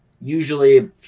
Usually